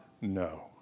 No